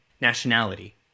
nationality